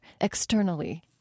externally